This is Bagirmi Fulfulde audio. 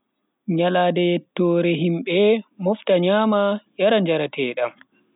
Nyalande yettore, himbe mofta nyama, yara njaratedam.